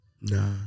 Nah